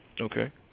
Okay